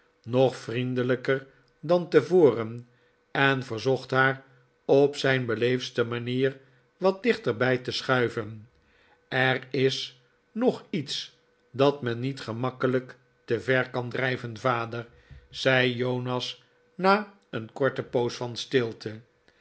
nog vriendelijker dan tevoren en verzocht haar op zijn beleefdste manier wat dichterbij te schuiven er is nog iets dat men niet gemakkelijk te ver kan drijven vader zei jonas na een korte poos van stilte